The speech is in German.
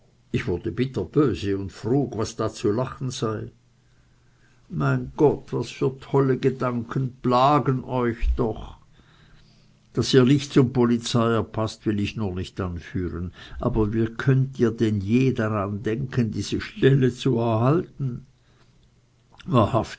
ich wurde bitterböse und frug was da zu lachen sei mein gott was für tolle gedanken plagen euch doch daß ihr nicht zum polizeier paßt will ich nur nicht anführen aber wie könnt ihr denn je daran denken diese stelle zu erhalten